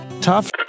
Tough